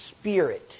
spirit